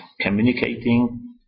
communicating